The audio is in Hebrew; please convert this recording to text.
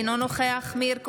אינו נוכח מאיר כהן,